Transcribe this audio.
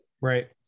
Right